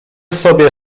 sobie